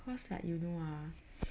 cause like you know ah